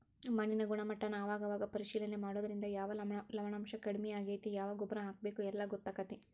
ಮಣ್ಣಿನ ಗುಣಮಟ್ಟಾನ ಅವಾಗ ಅವಾಗ ಪರೇಶಿಲನೆ ಮಾಡುದ್ರಿಂದ ಯಾವ ಲವಣಾಂಶಾ ಕಡಮಿ ಆಗೆತಿ ಯಾವ ಗೊಬ್ಬರಾ ಹಾಕಬೇಕ ಎಲ್ಲಾ ಗೊತ್ತಕ್ಕತಿ